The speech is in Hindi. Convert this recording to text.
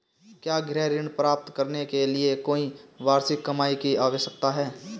क्या गृह ऋण प्राप्त करने के लिए कोई वार्षिक कमाई की आवश्यकता है?